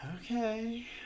okay